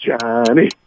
Johnny